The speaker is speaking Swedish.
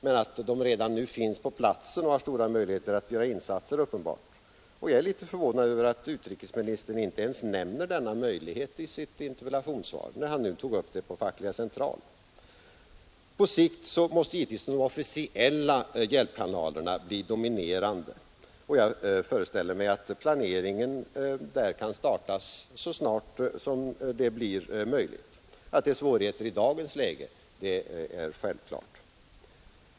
Men att de redan nu finns på platsen och har stora möjligheter att göra insatser är uppenbart, och jag är förvånad över att utri ministern inte ens nämner denna möjlighet i sitt interpellationssvar, när han nu tog upp det inför Fackliga centralorganisationen. På sikt måste givetvis de officiella hjälpkanalerna bli dominerande, och jag föreställer mig att planeringen där kan startas så snart som möjligt. Att det är svårigheter i dagens läge är självklart.